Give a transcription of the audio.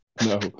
No